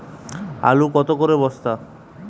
আলু কত করে বস্তা?